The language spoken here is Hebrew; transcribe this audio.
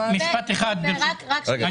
משפט אחד, ברשותך.